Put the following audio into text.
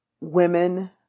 women